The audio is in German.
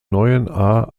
neuenahr